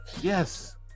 Yes